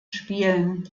spielen